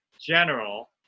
general